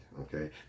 Okay